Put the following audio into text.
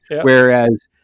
Whereas